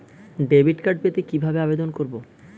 Debit card পেতে কিভাবে আবেদন করব?